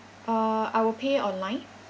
uh I will pay online